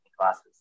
classes